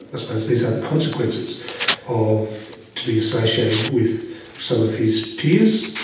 i suppose these are the consequences of to be associated with some of his peers,